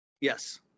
Yes